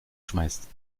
schmeißt